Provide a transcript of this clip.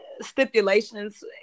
stipulations